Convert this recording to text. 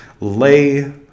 lay